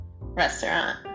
restaurant